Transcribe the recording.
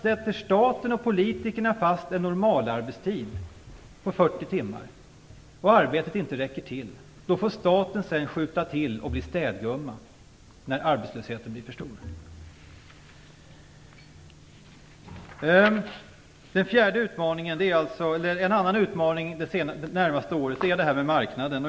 Slår staten och politikerna fast en normalarbetstid på 40 timmar och arbetet inte räcker till, då får staten sedan skjuta till och bli städgumma när arbetslösheten blir för stor. En annan utmaning under det närmaste året är marknaden.